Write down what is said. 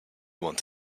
want